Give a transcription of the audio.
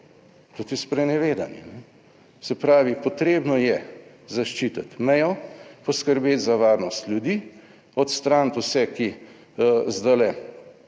To je sprenevedanje. Se pravi, potrebno je zaščititi mejo, poskrbeti za varnost ljudi, odstraniti vse, ki zdajle